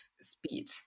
speed